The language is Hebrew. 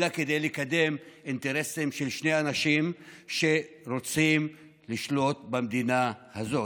אלא כדי לקדם אינטרסים של שני אנשים שרוצים לשלוט במדינה הזאת.